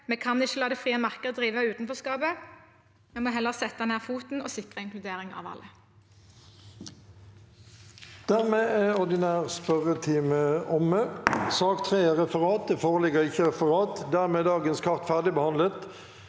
Vi kan ikke la det frie markedet drive utenforskapet. Vi må heller sette ned foten og sikre inkludering av alle.